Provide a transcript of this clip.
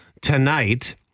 tonight